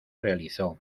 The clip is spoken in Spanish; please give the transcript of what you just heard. realizó